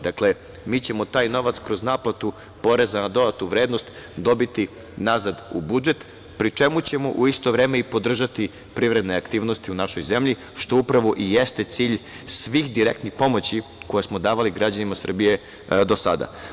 Dakle, mi ćemo taj novac kroz naplatu poreza na dodatu vrednost dobiti nazad u budžet, pri čemu ćemo u isto vreme i podržati privredne aktivnosti u našoj zemlji, što upravo i jeste cilj svih direktnih pomoći koje smo davali građanima Srbije do sada.